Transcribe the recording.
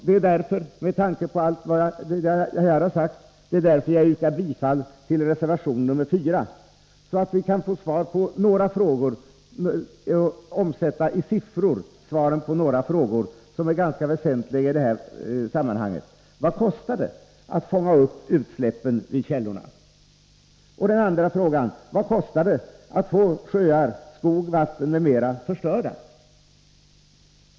Det är med tanke på allt vad jag här har sagt som jag yrkar bifall till reservation nr 4, så att vi i siffror kan få omsätta svaren på några frågor som är ganska väsentliga i detta sammanhang. Vad kostar det att fånga upp utsläppen vid källorna? Vad kostar det att få sjöar, skog, vatten m.m. förstörda?